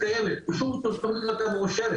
שיוקצו גם כספים לשדרוג.